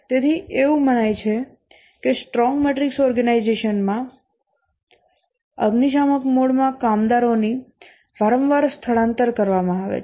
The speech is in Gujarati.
તેથી એવું મનાય છે કે સ્ટ્રોંગ મેટ્રિક્સ ઓર્ગેનાઇઝેશન માં અગ્નિશામક મોડમાં કામદારોની વારંવાર સ્થળાંતર કરવામાં આવે છે